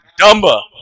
Dumba